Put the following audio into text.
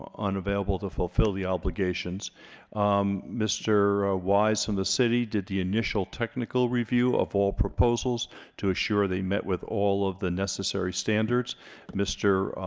ah unavailable to fulfill the obligations mr. wise from the city did the initial technical review of all proposals to assure they met with all of the necessary standards mr.